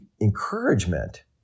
encouragement